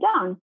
down